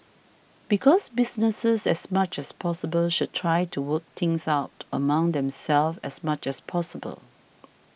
because businesses as much as possible should try to work things out among themselves as much as possible